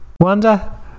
wanda